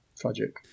Tragic